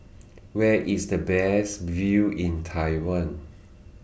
Where IS The Best View in Taiwan